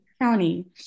county